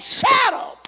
shadow